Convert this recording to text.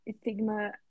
stigma